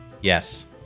Yes